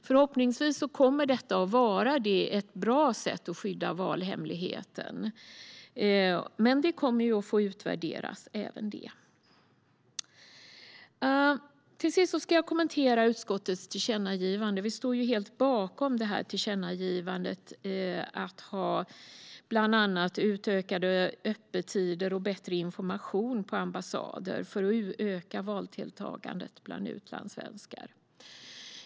Förhoppningsvis kommer detta att vara ett bra sätt att skydda valhemligheten, men även detta kommer att få utvärderas. Till sist ska jag kommentera utskottets förslag till tillkännagivande. Vi står helt bakom förslaget om bland annat utökade öppettider och bättre information på ambassader för att öka valdeltagandet bland utlandssvenskar.